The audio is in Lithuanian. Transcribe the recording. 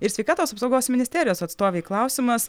ir sveikatos apsaugos ministerijos atstovei klausimas